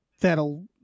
that'll